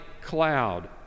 cloud